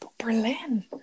Berlin